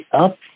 up